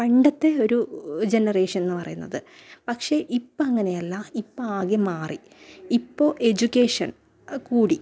പണ്ടത്തെ ഒരു ജനറേഷൻ എന്ന് പറയുന്നത് പക്ഷേ ഇപ്പം അങ്ങനെയല്ല ഇപ്പം ആകെ മാറി ഇപ്പോൾ എജ്യുക്കേഷൻ കൂടി